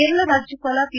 ಕೇರಳ ರಾಜ್ಯಪಾಲ ಪಿ